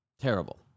Terrible